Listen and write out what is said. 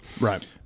Right